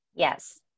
Yes